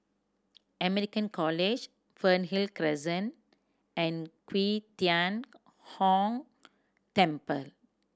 American College Fernhill Crescent and Qi Tian Gong Temple